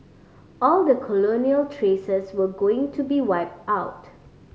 all the colonial traces were going to be wiped out